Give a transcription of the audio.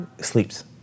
sleeps